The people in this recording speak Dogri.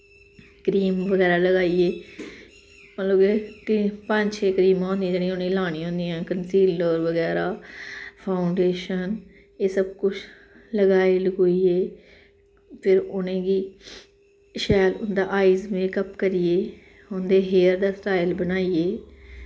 क्रीम बगैरा लगाइयै मतलब के पंज छे क्रीमां होंदियां जेह्ड़ियां उ'नेंगी लानियां होंदियां न कंसीलर बगैरा फाउंडेशन एह् सब कुछ लगाई लगूइयै फिर उ'नेंगी शैल उं'दा आइस मेकअप करियै उं'दा हेयर दा स्टाइल बनाइयै